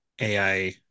AI